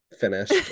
finished